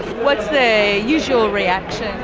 what's the usual reaction?